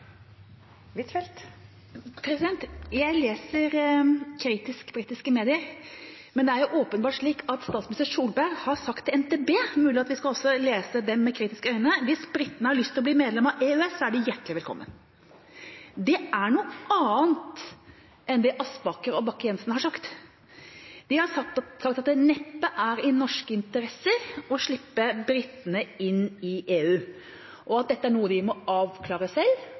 jo åpenbart slik at statsminister Erna Solberg har sagt til NTB – og det er mulig vi også skal lese dem med kritiske øyne: «Hvis britene har lyst til å bli medlem av EØS, så er de hjertelig velkommen.» Det er noe annet enn det Aspaker og Bakke-Jensen har sagt. De har sagt at det neppe er i norske interesser å slippe britene inn i EØS, og at dette er noe de må avklare selv,